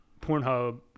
Pornhub